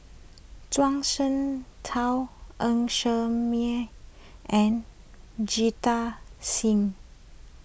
Zhuang Shengtao Ng Ser Miang and Jita Singh